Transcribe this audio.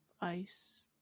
ice